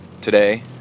Today